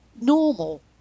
normal